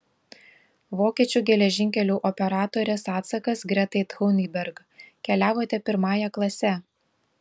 vokiečių geležinkelių operatorės atsakas gretai thunberg keliavote pirmąja klase